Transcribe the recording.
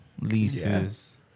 leases